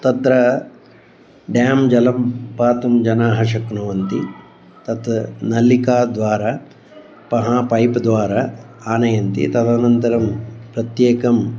तत्र डेम् जलं पातुं जनाः शक्नुवन्ति तत् नल्लिकाद्वारा पहा पैप्द्वारा आनयन्ति तदनन्तरं प्रत्येकम्